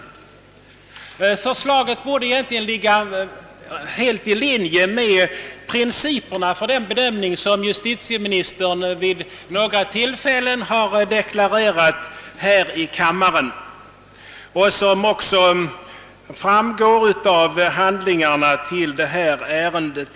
Detta förslag borde egentligen ligga helt i linje med de principer för bedömningen som justitieministern vid några tillfällen talat om här i kammaren och som också kommit till uttryck i de handlingar som återges i utskottets utlåtande.